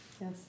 Yes